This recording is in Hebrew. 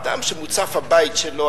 אדם שמוצף הבית שלו,